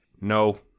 no